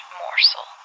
morsel